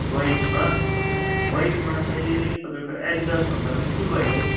वाइटमा वाइटमा चाहिँ तपाईँको एडिडास भन्दा पनि फुल वाइट है